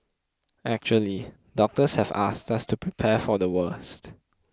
actually doctors have asked us to prepare for the worst